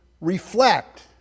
reflect